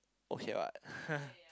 okay what